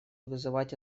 вызвать